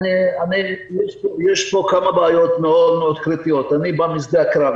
יש פה כמה בעיות מאוד קריטיות, אני בא משדה הקרב.